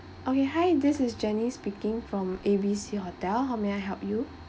okay hi this is janice speaking from A B C hotel how may I help you